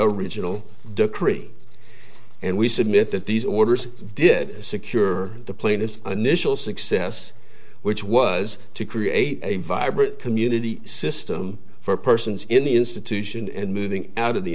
original decree and we submit that these orders did secure the plane as an initial success which was to create a vibrant community system for persons in the institution and moving out of the